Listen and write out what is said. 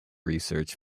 research